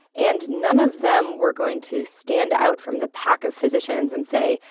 and none of them were going to stand out from the pack of physicians and say,